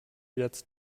jetzt